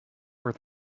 were